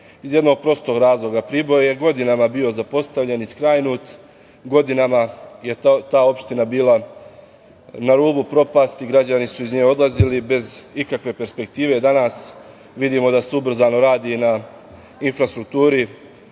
iz jednog prostog razloga. Priboj je godinama bio zapostavljen i skrajnut, godinama je ta opština bila na rubu propasti, građani su iz nje odlazili bez ikakve perspektive. Danas vidimo da se ubrzano radi na infrastrukturi.